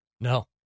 No